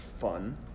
fun